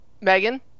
Megan